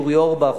אורי אורבך,